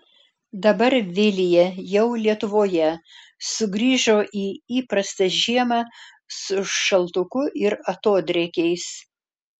dabar vilija jau lietuvoje sugrįžo į įprastą žiemą su šaltuku ir atodrėkiais